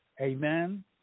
Amen